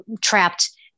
trapped